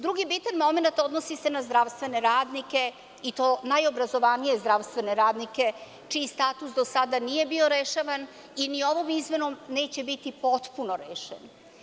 Drugi bitan momenat odnosi se na zdravstvene radnike i to najobrazovanije zdravstvene radnike, čiji status do sada nije bio rešavan i ni ovom izmenom neće biti potpuno rešen.